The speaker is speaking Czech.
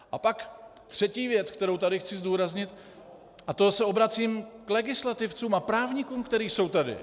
A pak třetí věc, kterou tady chci zdůraznit, a to se obracím k legislativcům a právníkům, kteří jsou tady.